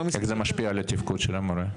איך זה משפיע על התפקוד של המורה?